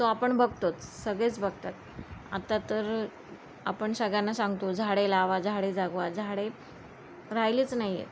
तो आपण बघतोच सगळेच बघतात आता तर आपण सगळ्यांना सांगतो झाडे लावा झाडे जगवा झाडे राहिलेच नाही आहेत